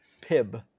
pib